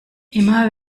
immer